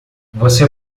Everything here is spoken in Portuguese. você